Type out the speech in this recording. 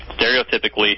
stereotypically